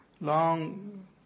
Long